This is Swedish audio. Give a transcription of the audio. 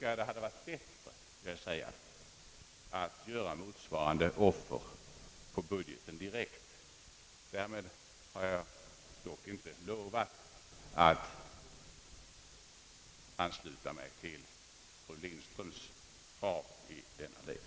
Då hade det varit bättre, tycker jag, att göra motsvarande offer direkt på budgeten. Därmed har jag dock inte lovat att oreserverat ansluta mig till fru Lindströms krav i denna del.